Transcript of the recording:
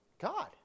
God